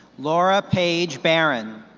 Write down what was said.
laura paige barron.